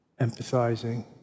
empathizing